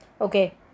Okay